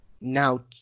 Now